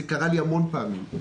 זה קרה לי המון פעמים.